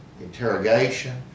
interrogation